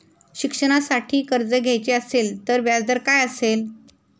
शिक्षणासाठी कर्ज घ्यायचे असेल तर व्याजदर काय असेल?